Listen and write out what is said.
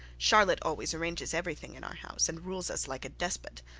charlotte always arranges everything in our house and rules us like a despot